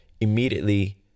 immediately